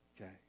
Okay